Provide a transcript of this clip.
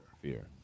Fear